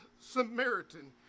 Samaritan